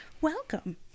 Welcome